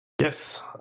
Yes